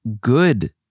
good